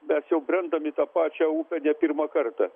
mes jau brendam į tą pačią upę ne pirmą kartą